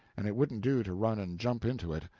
and it wouldn't do to run and jump into it.